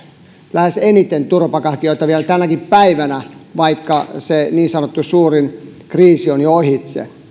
lähes eniten turvapaikanhakijoita vielä tänäkin päivänä vaikka se niin sanottu suurin kriisi on jo ohitse